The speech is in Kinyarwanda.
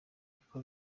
uko